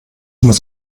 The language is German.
muss